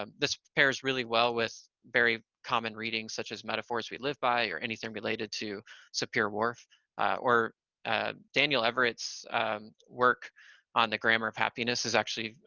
um this pairs really well with very common readings such as metaphors we live by or anything related to sapir-whorf or ah daniel everett's work on the grammar of happiness is actually,